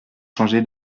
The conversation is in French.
changé